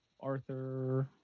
arthur